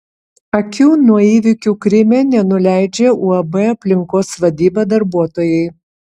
akių nuo įvykių kryme nenuleidžia uab aplinkos vadyba darbuotojai